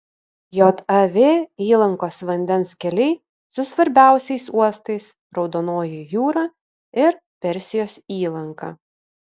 jav įlankos vandens keliai su svarbiausiais uostais raudonoji jūra ir persijos įlanka